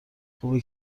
خوبه